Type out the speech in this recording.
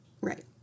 Right